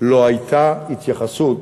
לא הייתה התייחסות